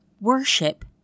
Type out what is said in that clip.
worship